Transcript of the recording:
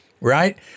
right